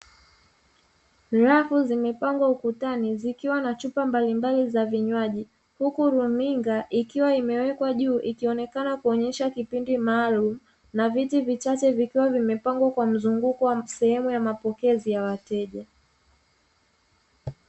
Rafu zimepangwa ukutani zikiwa na chupa mbalimbali za vinywaji, huku runinga ikiwa imewekwa juu ikionekana kuonyesha kipindi maalumu na vitu vichache vikiwa vimepangwa kwa mzunguko wa sehemu ya mapokezi ya wateja.